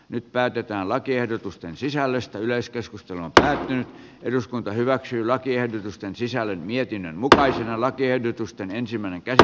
nyt päätetään lakiehdotusten sisällöstä yleiskeskustelua käydään eduskunta hyväksyy lakiehdotusten sisällön mietinnön mukaisina lakiehdotusten ensimmäinen kerta